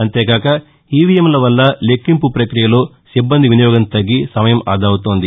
అంతేకాక ఈవీఎంల వల్ల లెక్కింపు ప్రక్రియలో సిబ్బంది వినియోగం తగ్గి సమయం ఆదా అవుతోంది